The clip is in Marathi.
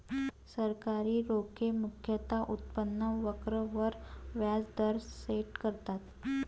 सरकारी रोखे मुख्यतः उत्पन्न वक्र वर व्याज दर सेट करतात